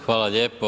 Hvala lijepo.